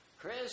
Chris